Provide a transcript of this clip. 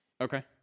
Okay